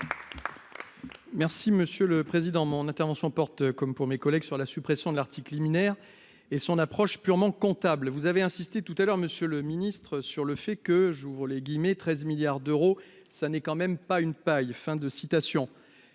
Merci monsieur le président. Mon intervention porte comme pour mes collègues sur la suppression de l'article liminaire et son approche purement comptable. Vous avez insisté tout à l'heure Monsieur le Ministre sur le fait que j'ouvre les guillemets 13 milliards d'euros. Ça n'est quand même pas une paille, fin de citation.